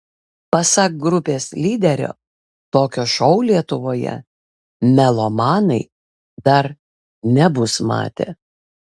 pasak grupės lyderio tokio šou lietuvoje melomanai dar nebus matę